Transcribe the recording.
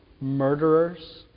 murderers